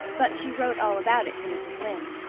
but she wrote all about it to mrs. lynde.